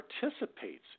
participates